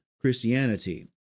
Christianity